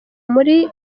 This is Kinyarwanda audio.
muri